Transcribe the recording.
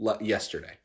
yesterday